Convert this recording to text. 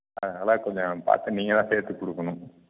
அதனால் கொஞ்சம் பார்த்து நீங்கள் தான் சேர்த்து கொடுக்கணும்